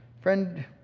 Friend